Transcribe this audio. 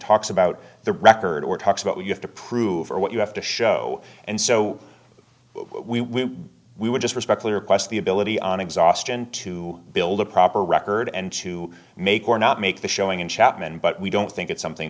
talks about the record or talks about what you have to prove or what you have to show and so we we would just respectfully request the ability on exhaustion to build a proper record and to make or not make the showing in chapman but we don't think it's something